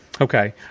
Okay